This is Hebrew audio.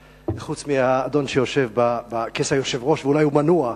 חוץ מהאדון שיושב בכס היושב-ראש ואולי הוא מנוע,